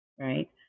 right